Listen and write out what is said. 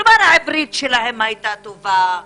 כלומר העברית שלהם היתה טובה,